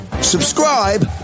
Subscribe